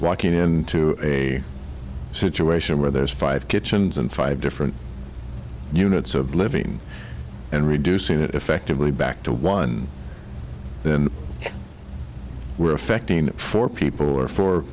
walking into a situation where there's five kitchens and five different units of living and reducing it effectively back to one then we're affecting four people or fo